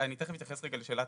אז תיכף אני אתייחס לשאלה